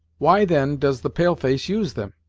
why then does the pale-face use them?